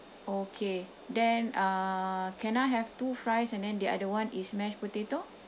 okay then uh can I have two fries and then the other one is mashed potato